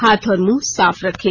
हाथ और मुंह साफ रखें